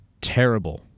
terrible